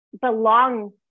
belong